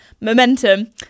momentum